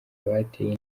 bateye